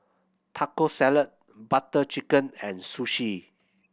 Taco Salad Butter Chicken and Sushi